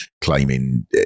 claiming